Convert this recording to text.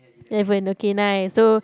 when the K nine so